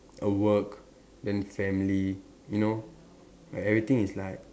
a work then family you know where everything is like